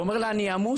הוא אומר לה: אני עמוס,